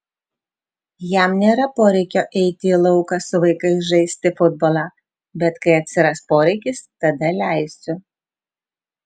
jam nėra poreikio eiti į lauką su vaikais žaisti futbolą bet kai atsiras poreikis tada leisiu